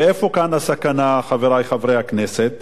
איפה כאן הסכנה, חברי חברי הכנסת?